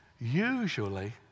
Usually